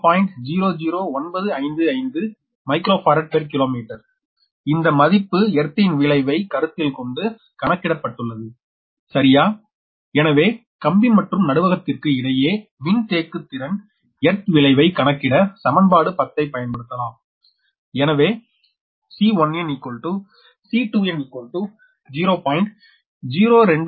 00955 micro farad per kilometre இந்த மதிப்பு earth ன் விளைவை கருத்தில்கொண்டு கணக்கிடப்பட்டுள்ளது சரியா எனவே கம்பி மற்றும் நடுவகத்திற்கு இடையே மின்தேக்கத்திறன் எர்த் விளைவை கணக்கிட சமன்பாடு 10 ஐ பயன்படுத்தலாம் எனவே C1n C2n 0